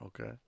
Okay